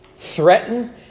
Threaten